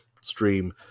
stream